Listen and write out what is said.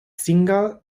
single